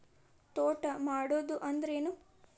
ತೋಟ ಮಾಡುದು ಅಂದ್ರ ಏನ್?